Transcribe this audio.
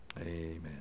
Amen